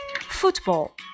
Football